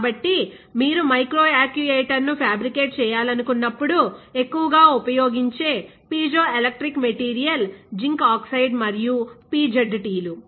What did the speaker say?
కాబట్టి మీరు మైక్రో యాక్యుయేటర్ను ఫ్యాబ్రికేట్ చేయాలనుకున్నప్పుడు ఎక్కువగా ఉపయోగించే పిజోఎలెక్ట్రిక్ మెటీరియల్ జింక్ ఆక్సైడ్ మరియు PZT లు